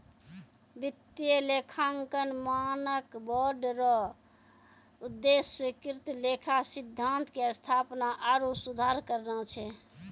वित्तीय लेखांकन मानक बोर्ड रो उद्देश्य स्वीकृत लेखा सिद्धान्त के स्थापना आरु सुधार करना छै